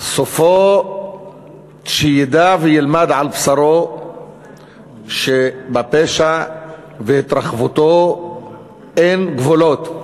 סופו שידע וילמד על בשרו שלפשע ולהתרחבותו אין גבולות.